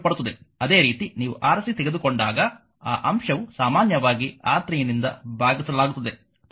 ಅದೇ ರೀತಿ ನೀವು Rc ತೆಗೆದುಕೊಂಡಾಗ ಆ ಅಂಶವನ್ನು ಸಾಮಾನ್ಯವಾಗಿ R3 ನಿಂದ ಭಾಗಿಸಲಾಗುತ್ತದೆ ತುಂಬಾ ಸರಳ